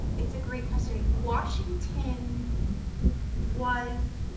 it's a great question. washington was